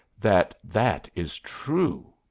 that that is true.